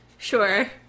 Sure